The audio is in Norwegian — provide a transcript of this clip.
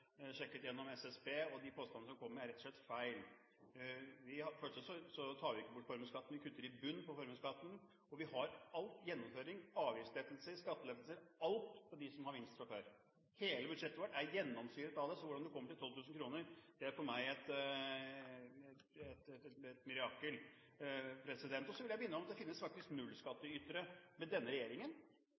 sjekket gjennom SSB, og de påstandene som kommer, er rett og slett feil. For det første tar vi ikke bort formuesskatten, vi kutter i bunnen på formuesskatten. Vi vil gjennomføre avgiftslettelser, skattelettelser – alt – for dem som har minst fra før. Hele budsjettet vårt er gjennomsyret av det, så hvordan du kommer til 12 000 kr, er for meg et mirakel. Så vil jeg minne om at det faktisk finnes nullskattytere med denne regjeringen.